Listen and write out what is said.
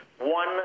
one